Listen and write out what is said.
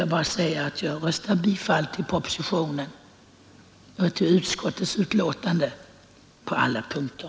Jag kommer att rösta för bifall till utskottets hemställan på alla punkter.